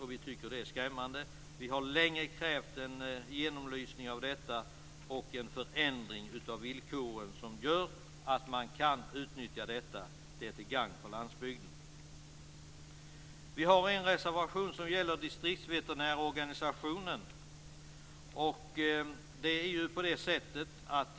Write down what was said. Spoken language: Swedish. Det tycker vi är skrämmande. Vi har länge krävt en genomlysning av det här och en förändring av villkoren som gör att man kan utnyttja detta, för det är till gagn för landsbygden. Vidare har vi medverkat till en reservation som gäller distriktsveterinärorganisationen.